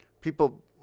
People